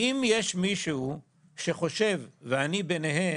יש מישהו שחושב, ואני ביניהם,